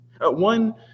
One